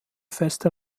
feste